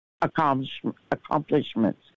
accomplishments